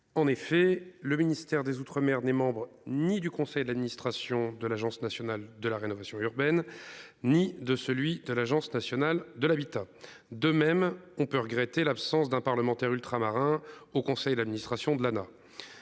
En effet, le ministère des Outre-mer n'est membre ni du conseil d'administration de l'Agence nationale de la rénovation urbaine, ni de celui de l'Agence nationale de l'habitat. De même, on peut regretter l'absence d'un parlementaire ultramarins au conseil d'administration de l'.